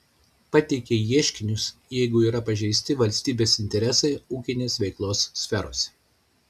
pateikia ieškinius jeigu yra pažeisti valstybės interesai ūkinės veiklos sferose